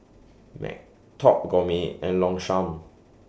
Mac Top Gourmet and Longchamp